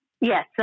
Yes